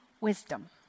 wisdom